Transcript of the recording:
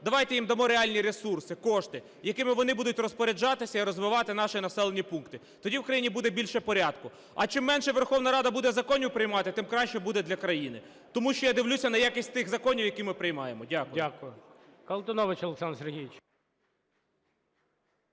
давайте їм дамо реальні ресурси, кошти, якими вони будуть розпоряджатися і розвивати наші населені пункти, тоді в Україні буде більше порядку. А чим менше Верховна Рада буде законів приймати, тим краще буде для країни, тому що я дивлюся на якість тих законів, які ми приймаємо. Дякую.